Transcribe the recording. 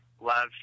love